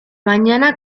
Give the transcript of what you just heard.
mañana